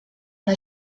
una